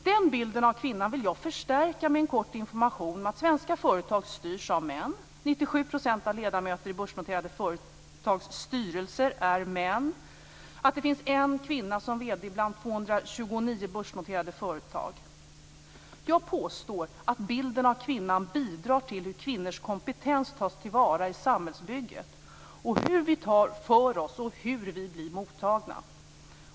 Den bilden av kvinnan vill jag förstärka med en kort information om att svenska företag styrs av män - 97 % av ledamöter i börsnoterade företags styrelser är män, och det finns en kvinna som vd bland 229 Jag påstår att bilden av kvinnan bidrar till hur kvinnors kompetens tas till vara i samhällsbygget, hur vi tar för oss och hur vi blir mottagna.